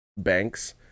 banks